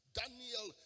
daniel